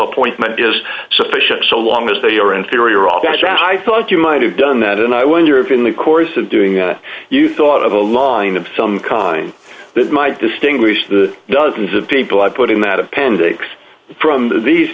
appointment is sufficient so long as they are inferior officer high thought you might have done that and i wonder if in the course of doing you thought of the line of some kind that might distinguish the dozens of people i've put in that appendix from these